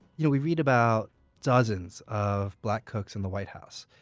you know we read about dozens of black cooks in the white house.